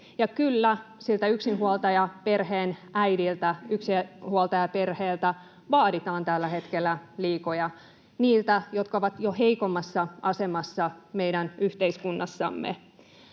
äidiltä, yksinhuoltajaperheeltä, vaaditaan tällä hetkellä liikoja — niiltä, jotka ovat jo heikommassa asemassa meidän yhteiskunnassamme.